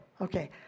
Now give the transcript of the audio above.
Okay